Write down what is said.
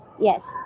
yes